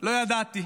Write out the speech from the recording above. "לא ידעתי".